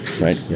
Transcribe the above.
Right